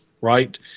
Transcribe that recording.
Right